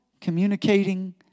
communicating